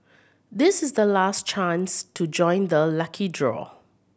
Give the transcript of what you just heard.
this is the last chance to join the lucky draw